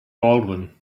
baldwin